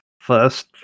first